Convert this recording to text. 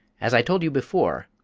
as i told you before,